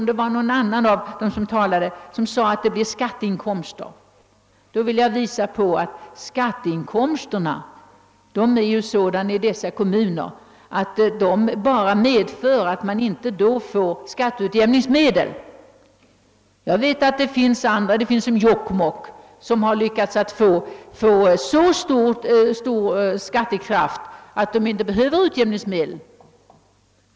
Möjligen var det någon annan talare som gjorde det. Då vill jag påvisa att skatteinkomsterna i dessa kommuner från Vattenfall bara medför, att kommunerna får minskade skatteutjämningsmedel. Jokkmokk är ett undantag som har lyckats få så stor skattekraft genom Vattenfall att man inte behöver utjämningsmedel.